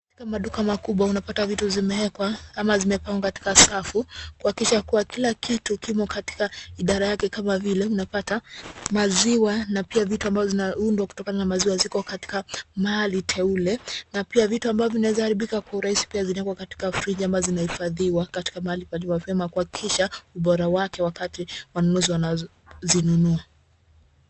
Katika maduka makubwa unapata vitu vimewekwa ama zimepangwa katika safu, kuhakikisha kuwa kila kitu kiko katika idara yake. Kama vile, unapata maziwa na pia vitu ambazo zinaundwa kutokana na maziwa ziko katika mahali teule. Na pia vitu ambavyo vinaweza haribika kwa urahisi pia zinawekwa katika friji ama zinahifadhiwa katika mahali palipo vyema, kuhakikisha ubora wake wakati wanunuzi wanapozinunua.